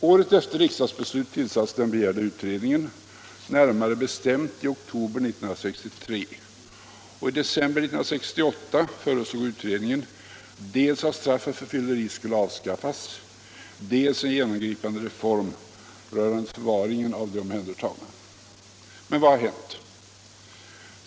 Året efter riksdagsbeslutet tillsattes den begärda utredningen, närmare bestämt i oktober 1963, och i december 1968 föreslog utredningen dels att straff för fylleri skulle avskaffas, dels en genomgripande reform rörande förvaringen av de omhändertagna. Men vad har hänt?